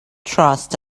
trust